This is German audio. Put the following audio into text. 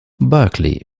berkeley